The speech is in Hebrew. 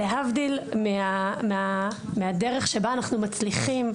להבדיל מהדרך שבה אנחנו מצליחים,